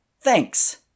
Thanks